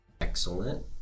Excellent